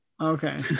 Okay